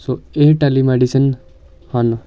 ਸੋ ਇਹ ਟੈਲੀਮੈਡੀਸਨ ਹਨ